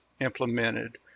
implemented